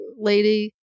lady